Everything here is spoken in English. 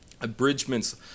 Abridgment's